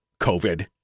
COVID